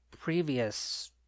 previous